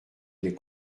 les